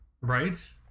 Right